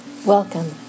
Welcome